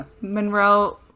monroe